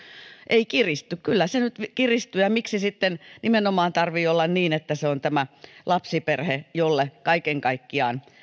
ei kiristy kyllä se nyt kiristyy ja ja miksi sitten nimenomaan tarvitsee olla niin että se on tämä lapsiperhe jolle kaiken kaikkiaan